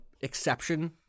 exception